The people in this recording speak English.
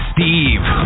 Steve